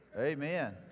Amen